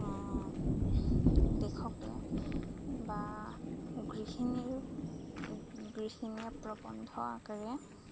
দেশকে বা গৃহিণীৰ গৃহিণীয়ে প্ৰবন্ধ আকাৰে